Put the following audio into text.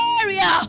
area